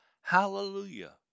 HALLELUJAH